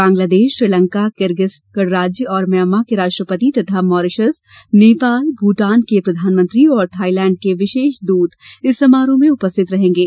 Bangladesh Sri Lanka Kyrgyz गणराज्य और Myanmar के राष्ट्रपति तथा मॉरिशस नेपाल भूटान के प्रधानमंत्री और थाइलैंड के विशेष दूत इस समारोह में उपस्थित रहेंगे